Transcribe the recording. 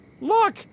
Look